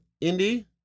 Indy